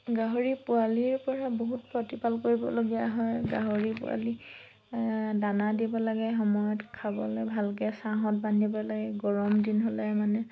গাহৰি পোৱালিৰপৰা বহুত প্ৰতিপাল কৰিবলগীয়া হয় গাহৰি পোৱালি দানা দিব লাগে সময়ত খাবলৈ ভালকৈ ছাঁহত বান্ধিব লাগে গৰম দিন হ'লে মানে